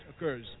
occurs